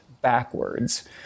backwards